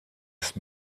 ist